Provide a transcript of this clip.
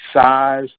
size